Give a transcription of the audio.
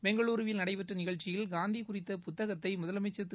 பெங்களுருவில் நடைபெற்ற நிஷழ்ச்சியில் காந்தி குறித்த புத்தகத்தை முதலமைச்சா் திரு